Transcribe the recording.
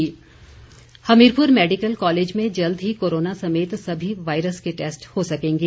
Sukhu Hamirpur medical college में जल्द ही कोरोना समेत सभी वायरस के टैस्ट हो सकेंगे